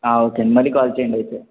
ఆ ఓకేండి మళ్ళీ కాల్ చేయండి అయితే